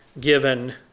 given